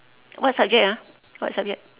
what subject ah what subject